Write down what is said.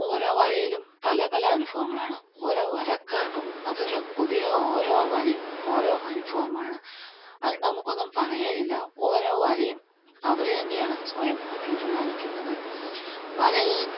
ഓരോ വരയിലും പല പല അനുഭവങ്ങളാണ് ഓരോ വരക്കാർക്കും അതൊരു പുതിയ ഓരോ വരയും ഓരോ അനുഭവമാണ് അതു നമുക്കൊന്നും പറയാനില്ല ഓരോ വരയും അവർ തന്നെയാണ് സ്വയം തീരുമാനിക്കുന്നത് വരയെ